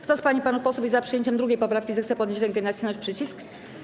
Kto z pań i panów posłów jest za przyjęciem 2. poprawki, zechce podnieść rękę i nacisnąć przycisk.